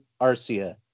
Arcia